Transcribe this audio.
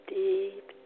deep